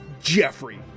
Jeffrey